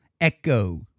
Echo